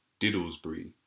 Diddlesbury